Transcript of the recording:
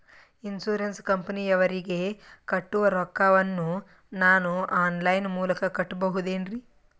Insurance ಕಂಪನಿಯವರಿಗೆ ಕಟ್ಟುವ ರೊಕ್ಕ ವನ್ನು ನಾನು ಆನ್ ಲೈನ್ ಮೂಲಕ ಕಟ್ಟಬಹುದೇನ್ರಿ?